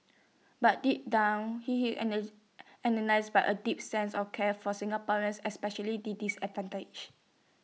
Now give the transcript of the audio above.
but deep down he is energised by A deep sense of care for Singaporeans especially the disadvantaged